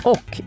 Och